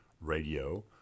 radio